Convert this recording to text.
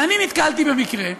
אבל אני נתקלתי במקרה,